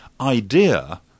idea